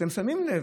אתם שמים לב,